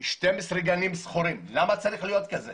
12 גנים שכורים למה צריך להיות כזה?